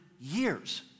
years